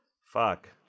Fuck